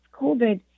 COVID